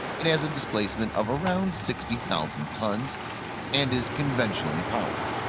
it has a displacement of around sixty thousand tonnes and is conventionally powered.